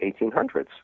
1800s